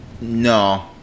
No